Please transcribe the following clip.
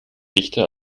dichte